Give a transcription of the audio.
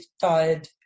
tired